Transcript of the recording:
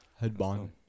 Headband